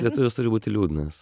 lietuvis turi būti liūdnas